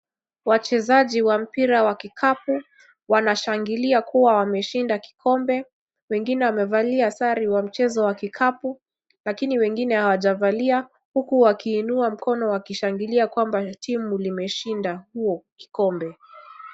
Wachezaji wa mpira wa kikapu wanashangilia kuwa wameshinda kikombe, wengine wamevalia sare wa mchezo wa kikapu, lakini wengine hawajavalia huku wakiinua mkono wakishangilia kwamba timu limeshinda huo kikombe.